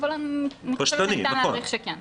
אבל ניתן להעריך שכן.